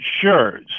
Sure